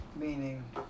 Meaning